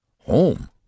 Home